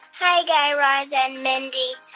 hi, guy raz and mindy.